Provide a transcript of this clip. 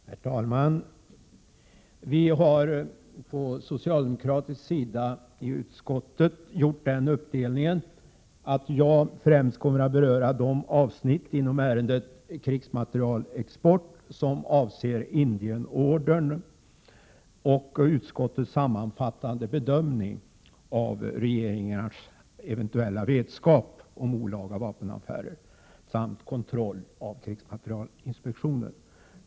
Herr talman! Vi har från socialdemokratisk sida i utskottet gjort den uppdelningen att jag främst kommer att beröra de avsnitt inom ärendet Krigsmaterielexport som avser Indienordern och utskottets sammanfattande bedömning av regeringars eventuella vetskap om olaga vapenaffärer samt kontroll av krigsmaterielinspektionen.